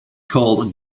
called